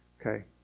Okay